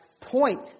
point